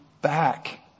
back